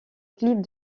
clip